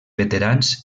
veterans